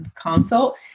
consult